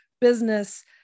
business